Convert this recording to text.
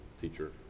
teacher